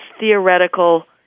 theoretical